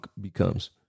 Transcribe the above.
becomes